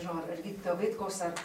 nežinau ar ar gydytojo vaitkaus ar